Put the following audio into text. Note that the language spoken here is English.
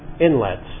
inlets